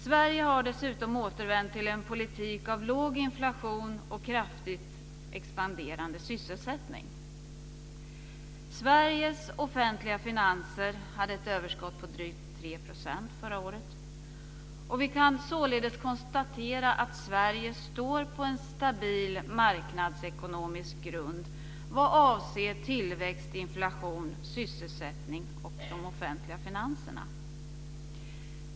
Sverige har dessutom återvänt till en politik av låg inflation och kraftigt expanderande sysselsättning. Sveriges offentliga finanser hade ett överskott på drygt 3 % förra året. Vi kan således konstatera att Sverige står på en stabil marknadsekonomisk grund vad avser tillväxt, inflation, sysselsättning och de offentliga finanserna.